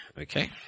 Okay